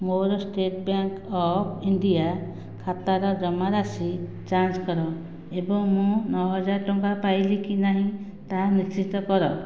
ମୋର state bank of India ଖାତାର ଜମାରାଶି ଯାଞ୍ଚ କର ଏବଂ ମୁଁ ନଅ ହଜାର ଟଙ୍କା ପାଇଲି କି ନାହିଁ ତାହା ନିଶ୍ଚିତ କର